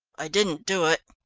i didn't do it!